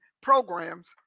programs